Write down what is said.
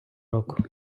року